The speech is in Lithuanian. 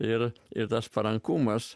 ir ir tas parankumas